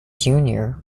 junior